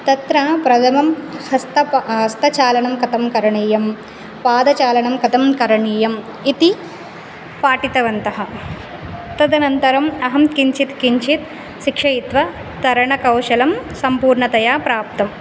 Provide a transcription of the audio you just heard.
तत्र प्रथमं हस्तपा हस्तचालनं कतं करणीयं पादचालनं कतं करणीयम् इति पाठितवन्तः तदनन्तरम् अहं किञ्चित् किञ्चित् शिक्षयित्वा तरणकौशलं सम्पूर्णतया प्राप्तं